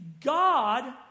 God